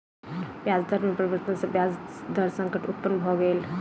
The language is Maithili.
ब्याज दर में परिवर्तन सॅ ब्याज दर संकट उत्पन्न भ गेल